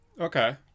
Okay